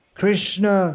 krishna